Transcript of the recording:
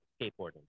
skateboarding